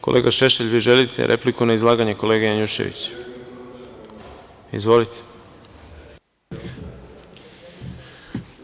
Kolega Šešelj, vi želite repliku na izlaganje kolege Janjuševića? (Da) Izvolite.